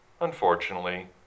Unfortunately